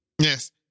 Yes